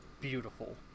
beautiful